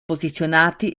posizionati